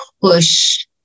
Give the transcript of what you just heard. push